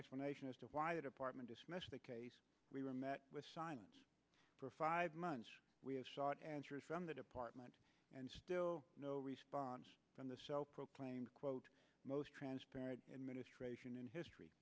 explanation as to why the department dismissed the case we were met with silence for five months we have sought answers from the department and still no response from the self proclaimed quote most transparent administration in history